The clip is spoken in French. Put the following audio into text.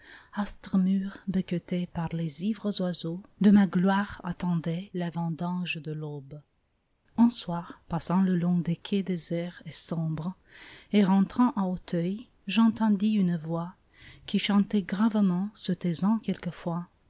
mûrs becquetés par les ivres oiseaux de ma gloire attendaient la vendange de l'aube un soir passant le long des quais déserts et sombres en rentrant à auteuil j'entendis une voix qui chantait gravement se taisant quelquefois